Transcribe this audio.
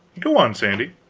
go on, sandy.